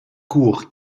court